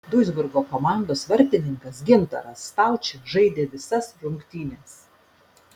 duisburgo komandos vartininkas gintaras staučė žaidė visas rungtynes